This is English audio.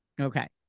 okay